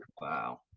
wow